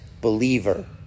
believer